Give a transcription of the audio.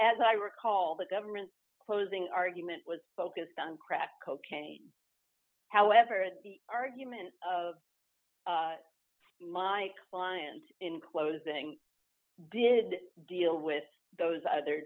as i recall the government closing argument was focused on crack cocaine however the argument of my client in closing did deal with those other